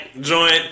joint